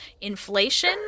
inflation